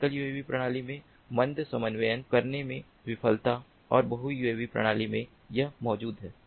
एकल यूएवी प्रणाली में मंद समन्वय करने में विफलता और बहु यूएवी प्रणाली में यह मौजूद है